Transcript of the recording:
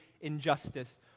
injustice